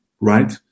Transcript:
right